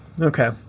Okay